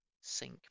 sink